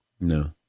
No